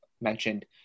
mentioned